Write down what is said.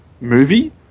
movie